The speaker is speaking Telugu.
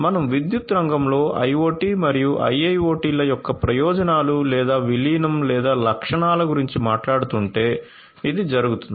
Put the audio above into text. మనం విద్యుత్ రంగంలో IoT మరియు IIoT ల యొక్క ప్రయోజనాలు లేదా విలీనం లేదా లక్షణాల గురించి మాట్లాడుతుంటే ఇది జరుగుతుంది